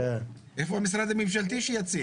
איפה המשרד הממשלתי שיציג?